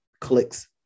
clicks